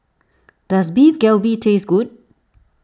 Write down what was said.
does Beef Galbi taste good